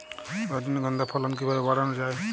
রজনীগন্ধা ফলন কিভাবে বাড়ানো যায়?